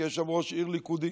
כי יש שם ראש עיר ליכודניק.